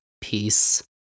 peace